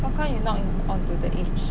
how come you knock in onto the edge